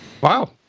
wow